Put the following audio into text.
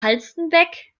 halstenbek